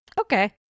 Okay